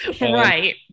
Right